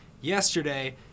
Yesterday